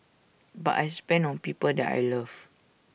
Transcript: but I spend on people that I love